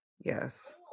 yes